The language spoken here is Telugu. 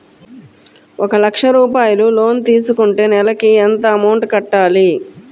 ఒక లక్ష రూపాయిలు లోన్ తీసుకుంటే నెలకి ఎంత అమౌంట్ కట్టాలి?